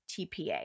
TPA